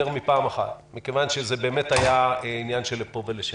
מפעם אחת כי זה היה באמת עניין של לפה ולשם.